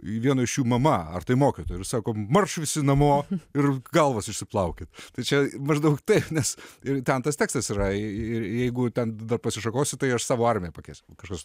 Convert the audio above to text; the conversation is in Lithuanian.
vieno iš jų mama ar tai mokytoją ir sako marš visi namo ir galvas išsiplaukit tai čia maždaug taip nes ir ten tas tekstas yra ir jeigu ten dar pasišakosiu tai aš savo armiją pakviesiu kažkas